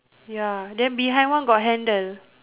ya then behind one got handle